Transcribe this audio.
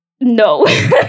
no